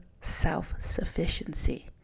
self-sufficiency